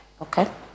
Okay